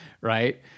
right